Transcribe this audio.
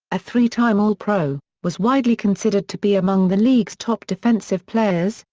a three time all-pro, was widely considered to be among the league's top defensive players,